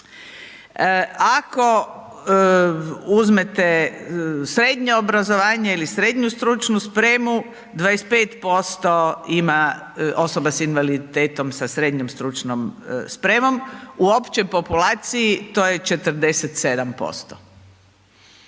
Ako uzmete srednje obrazovanje ili srednju stručnu spremu, 25% ima osoba s invaliditetom sa srednjom stručnom spremnom, u općoj populaciji to je 47%,